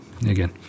again